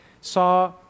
saw